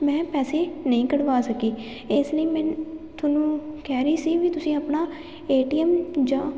ਮੈਂ ਪੈਸੇ ਨਹੀਂ ਕਢਵਾ ਸਕੀ ਇਸ ਲਈ ਮੈ ਤੁਹਾਨੂੰ ਕਹਿ ਰਹੀ ਸੀ ਵੀ ਤੁਸੀਂ ਆਪਣਾ ਏਟੀਐਮ ਜਾਂ